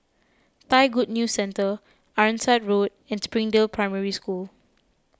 Thai Good News Centre Ironside Road and Springdale Primary School